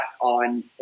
on